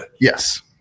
Yes